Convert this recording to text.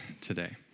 today